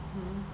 mm